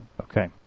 Okay